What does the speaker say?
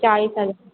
चाळीस हजार